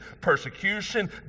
persecution